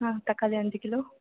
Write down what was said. ஆ தக்காளி அஞ்சு கிலோ